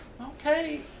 okay